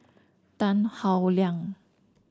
Tan Howe Liang